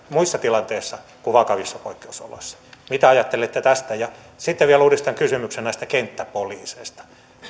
muissa tilanteissa kuin vakavissa poikkeusoloissa mitä ajattelette tästä sitten vielä uudistan kysymyksen näistä kenttäpoliiseista